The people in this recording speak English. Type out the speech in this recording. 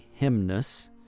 hymnus